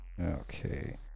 Okay